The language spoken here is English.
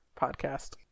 podcast